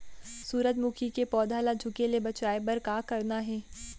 सूरजमुखी के पौधा ला झुके ले बचाए बर का करना हे?